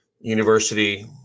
university